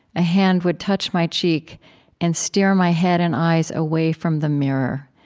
a hand would touch my cheek and steer my head and eyes away from the mirror.